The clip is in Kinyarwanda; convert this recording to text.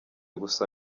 gusa